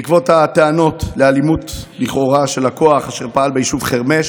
בעקבות הטענות לאלימות לכאורה של הכוח אשר פעל ביישוב חרמש,